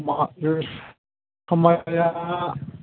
मानो माइया